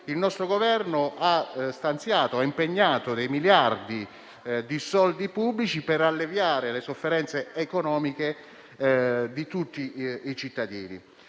il nostro Governo ha stanziato miliardi di fondi pubblici per alleviare le sofferenze economiche di tutti i cittadini